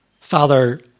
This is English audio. Father